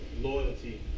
loyalty